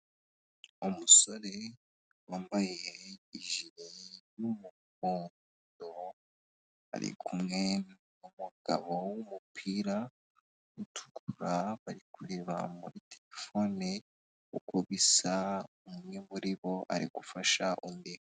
Umusore wambaye ijire y'umuhondo, ari kumwe n'umugabo w'umupira utukura, bari kureba muri telefone, uko bisa, umwe muri bo ari gufasha undi.